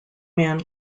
man